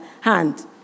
hand